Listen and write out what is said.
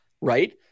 right